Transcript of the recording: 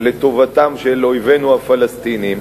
לטובתם של אויבינו הפלסטינים,